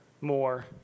more